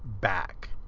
back